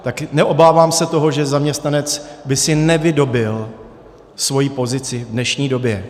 Tak neobávám se toho, že zaměstnanec by si nevydobyl svoji pozici v dnešní době.